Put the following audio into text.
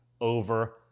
over